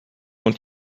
you